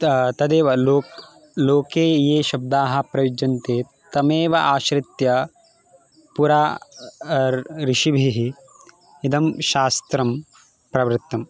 त तदेव लो लोके ये शब्दाः प्रयुज्यन्ते तमेव आश्रित्य पुरा ऋषिभिः इदं शास्त्रं प्रवृत्तं